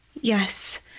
Yes